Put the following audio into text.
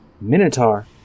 Minotaur